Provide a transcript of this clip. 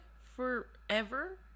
forever